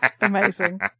amazing